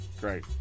Great